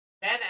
Ben